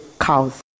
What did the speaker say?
cows